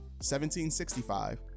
17-65